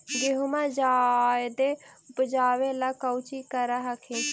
गेहुमा जायदे उपजाबे ला कौची कर हखिन?